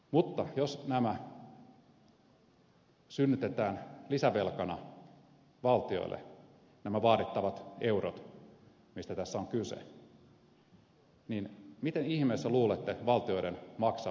mutta jos nämä vaadittavat eurot synnytetään lisävelkana valtioille mistä tässä on kyse niin miten ihmeessä luulette valtioiden maksavan ne takaisin